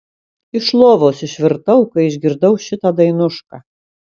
iš lovos išvirtau kai išgirdau šitą dainušką